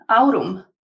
aurum